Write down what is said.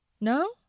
No